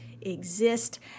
exist